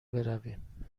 برویم